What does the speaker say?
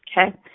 Okay